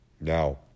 Now